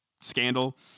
scandal